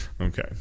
okay